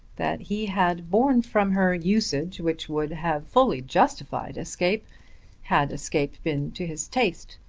that he had borne from her usage which would have fully justified escape had escape been to his taste.